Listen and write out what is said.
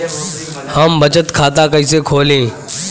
हम बचत खाता कइसे खोलीं?